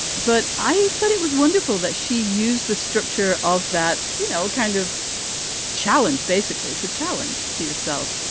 but i thought it was wonderful that she used the structure of that, you know, kind of challenge basically as a challenge to yourself.